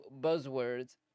buzzwords